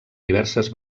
diverses